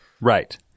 Right